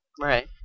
Right